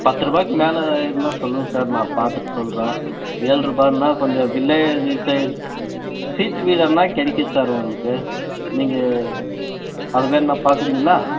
பத்து ரூபாய்க்கு மேலே இருந்தால் சொல்லுங்க சார் நான் பார்த்துட்டு சொல்கிறேன் ஏழு ரூபானால் கொஞ்சம் வில்லேஜ் சைட் சீட்டு வீடான்னால் கிடைக்கும் சார் உங்களுக்கு நீங்கள் அது வேண்ணால் பார்க்குறீங்களா